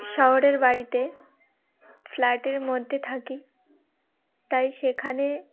শহরের বাড়িতে ফ্ল্যাটের মধ্যে থাকি তাই সেখানে